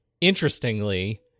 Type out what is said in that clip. interestingly